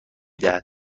دهد